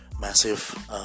massive